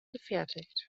gefertigt